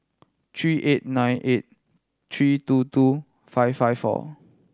three eight nine eight three two two five five four